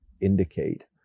indicate